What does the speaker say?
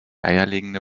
eierlegende